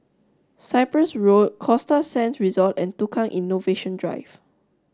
Cyprus Road Costa Sands Resort and Tukang Innovation Drive